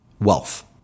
wealth